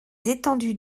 étendues